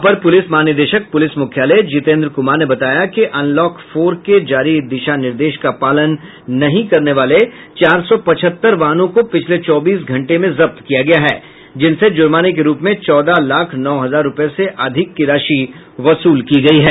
अपर पुलिस महानिदेशक पुलिस मुख्यालय जितेन्द्र कुमार ने बताया कि अनलॉक फोर के जारी दिशा निर्देश का पालन नहीं करने वाले चार सौ पचहत्तर वाहनों को पिछले चौबीस घंटे में जब्त किया गया हैं जिनसे जुर्माने के रुप में चौदह लाख नौ हजार रूपये से अधिक की राशि वसूल की गई है